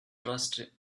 trust